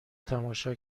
تماشا